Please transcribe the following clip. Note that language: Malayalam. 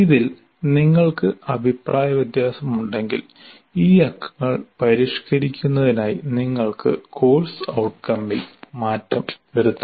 ഇതിൽ നിങ്ങൾക് അഭിപ്രായ വ്യത്യാസമുണ്ടെങ്കിൽ ഈ അക്കങ്ങൾ പരിഷ്ക്കരിക്കുന്നതിനായി നിങ്ങൾക് കോഴ്സ് ഔട്കമിൽ മാറ്റം വരുത്താം